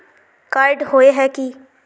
Card होय है की?